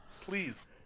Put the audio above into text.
Please